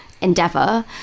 endeavor